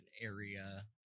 area